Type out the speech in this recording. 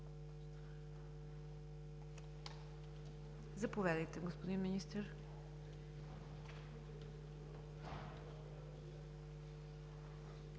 Заповядайте, господин Министър.